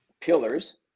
pillars